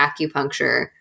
acupuncture